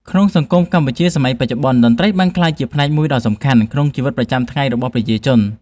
នៅក្នុងសង្គមកម្ពុជាសម័យបច្ចុប្បន្ន តន្ត្រីបានក្លាយជាផ្នែកមួយដ៏សំខាន់ក្នុងជីវិតប្រចាំថ្ងៃរបស់ប្រជាជន